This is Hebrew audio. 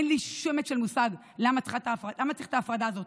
אין לי שמץ של מושג למה צריך את ההפרדה הזאת.